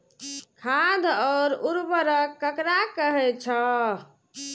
खाद और उर्वरक ककरा कहे छः?